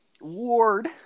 Ward